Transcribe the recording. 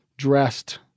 Dressed